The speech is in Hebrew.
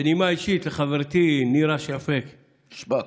בנימה אישית לחברתי נירה שַׁפֶק, שְׁפַק.